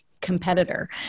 competitor